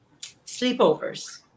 sleepovers